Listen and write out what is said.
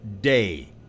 day